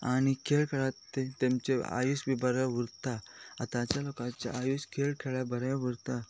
आनी खेळ खेळ तेमचे आयुश्य बी बरें उरता आतांच्या लोकांचे आयुश्य खेळ खेळ बरें उरता